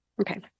okay